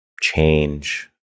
change